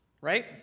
Right